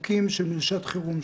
חוקים שהם בשעת חירום,